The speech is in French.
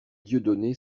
dieudonné